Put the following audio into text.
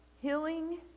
healing